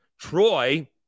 Troy